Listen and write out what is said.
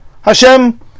Hashem